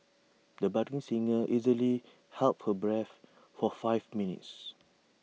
the budding singer easily held her breath for five minutes